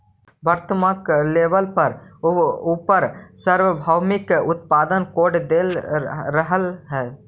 वर्णात्मक लेबल पर उपर सार्वभौमिक उत्पाद कोड देल रहअ हई